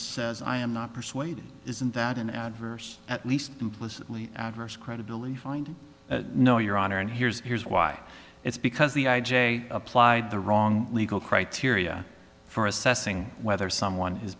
as i am not persuaded isn't that an adverse at least implicitly adverse credibility find no your honor and here's here's why it's because the i j a applied the wrong legal criteria for assessing whether someone